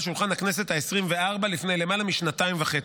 שולחן הכנסת העשרים-וארבע לפני למעלה משנתיים וחצי.